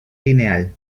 lineal